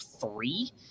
three